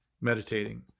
meditating